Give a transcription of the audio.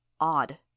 odd